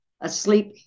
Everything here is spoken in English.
asleep